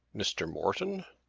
mr. morton?